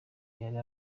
yari